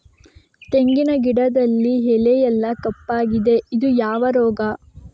ತೆಂಗಿನ ಗಿಡದಲ್ಲಿ ಎಲೆ ಎಲ್ಲಾ ಕಪ್ಪಾಗಿದೆ ಇದು ಯಾವ ರೋಗ?